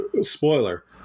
spoiler